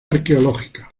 arqueológica